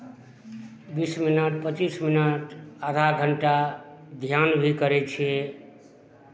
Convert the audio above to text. बीस मिनट पच्चीस मिनट आधा घण्टा ध्यान भी करै छी